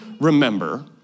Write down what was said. remember